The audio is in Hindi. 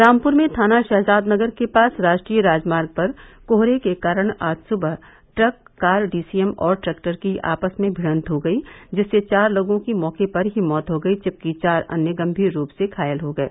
रामपुर में थाना शहजादनगर के पास राष्ट्रीय राजमार्ग पर कोहरे के कारण आज सुबह ट्रक कार डीसीएम और ट्रैक्टर की आपस में भिड़न्त हो गई जिससे चार लोगों की मौके पर ही मौत हो गई जबकि चार अन्य गंभीर रूप से घायल हो गये